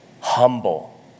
humble